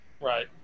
Right